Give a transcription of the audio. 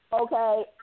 okay